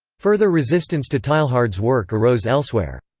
further resistance to teilhard's work arose elsewhere.